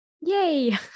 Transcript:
Yay